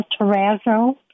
terrazzo